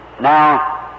Now